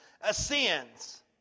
ascends